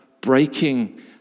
breaking